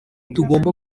tugomba